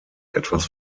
etwas